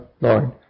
Lord